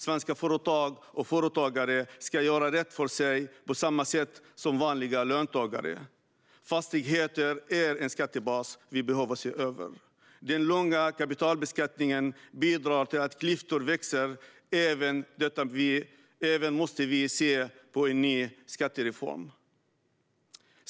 Svenska företag och företagare ska göra rätt för sig på samma sätt som vanliga löntagare. Fastigheter är en skattebas vi behöver se över. Den låga kapitalbeskattningen bidrar till att klyftor växer, och även detta måste vi se på i en ny skattereform.